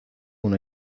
una